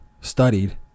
studied